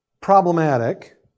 problematic